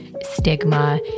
stigma